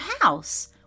house